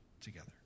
together